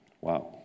Wow